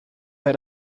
had